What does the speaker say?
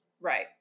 Right